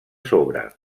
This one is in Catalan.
sobre